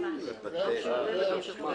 סליחה,